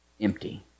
empty